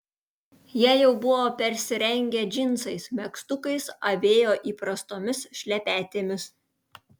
jie jau buvo persirengę džinsais megztukais avėjo įprastomis šlepetėmis